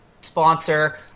sponsor